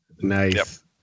Nice